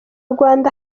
rwanda